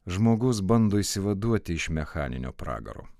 žmogus bando išsivaduoti iš mechaninio pragaro